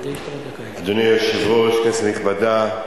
אדוני היושב-ראש, כנסת נכבדה,